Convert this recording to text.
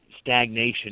stagnation